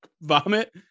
vomit